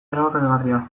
erabakigarria